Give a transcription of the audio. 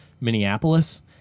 minneapolis